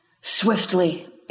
swiftly